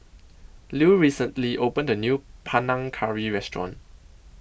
Lew recently opened A New Panang Curry Restaurant